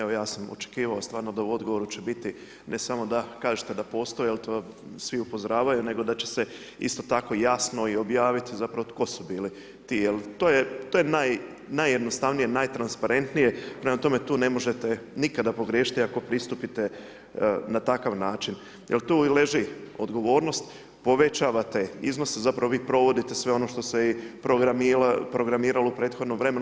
Evo ja sam očekivao stvarno da u odgovoru će biti, ne samo da kažete da postoje, jel to svi upozoravaju, nego da će se isto tako jasno i objaviti zapravo tko su bili ti, jel, to je najjednostavnije, najtransparentnije, prema tome, tu ne možete nikada pogriješiti ako pristupite na takav način jel tu leži odgovornost, povećavate iznose, zapravo, vi provodite sve ono što se i programiralo u prethodnom vremenu.